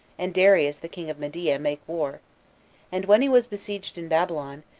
and darius, the king of media, make war and when he was besieged in babylon,